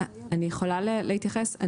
אני יכולה להתייחס?